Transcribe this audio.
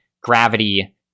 gravity